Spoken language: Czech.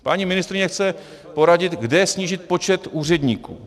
Paní ministryně chce poradit, kde snížit počet úředníků.